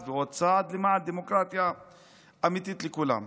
ועוד צעד למען דמוקרטיה אמיתית לכולם.